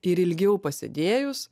ir ilgiau pasėdėjus